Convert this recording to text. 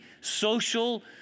social